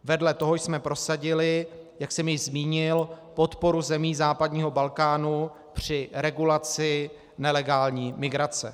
Vedle toho jsme prosadili, jak jsem již zmínil, podporu zemí západního Balkánu při regulaci nelegální migrace.